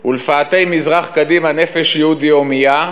"ולפאתי מזרח קדימה נפש יהודי הומייה".